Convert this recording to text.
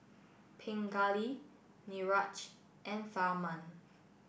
Pingali Niraj and Tharman